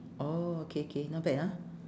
oh okay okay not bad ah